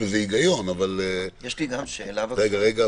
אני רק אומר